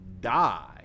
die